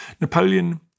Napoleon